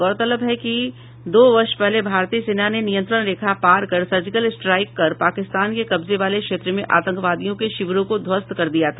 गौरतलब है कि दो वर्ष पहले भारतीय सेना ने नियंत्रण रेखा पार कर सर्जिकल स्ट्राईक कर पाकिस्तान के कब्जे वाले क्षेत्र में आतंकवादियों के शिविरों को ध्वस्त कर दिया था